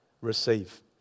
receive